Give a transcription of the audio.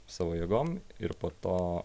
savo jėgom ir po to